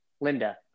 Linda